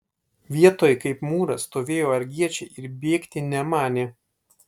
vietoj kaip mūras stovėjo argiečiai ir bėgti nemanė